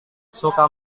suka